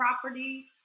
property